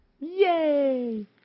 Yay